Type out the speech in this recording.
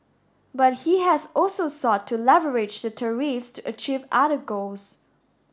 but he has also sought to leverage the tariffs to achieve other goals